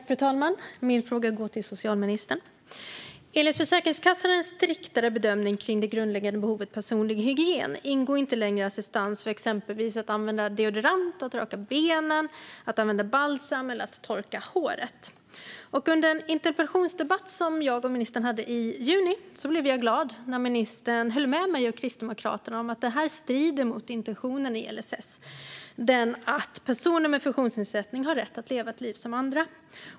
Fru talman! Min fråga går till socialministern. Enligt Försäkringskassans striktare bedömning av det grundläggande behovet personlig hygien ingår inte längre assistans för att exempelvis använda deodorant, att raka benen, att använda balsam eller att torka håret. Under en interpellationsdebatt som jag och ministern hade i juni blev jag glad när ministern höll med mig och Kristdemokraterna om att det strider mot intentionen i LSS att personer med funktionsnedsättning har rätt att leva ett liv som andra.